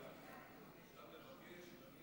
כשאתה מבקש, תמיד.